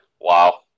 Wow